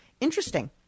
interesting